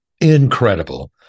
Incredible